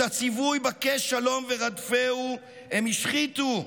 את הציווי "בקש שלום ורדפהו" הם השחיתו,